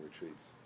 retreats